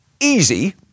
easy